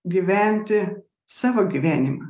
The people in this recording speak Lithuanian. gyventi savo gyvenimą